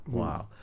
wow